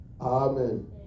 Amen